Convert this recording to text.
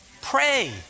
Pray